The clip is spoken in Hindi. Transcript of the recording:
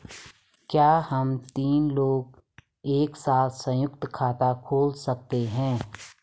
क्या हम तीन लोग एक साथ सयुंक्त खाता खोल सकते हैं?